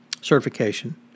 certification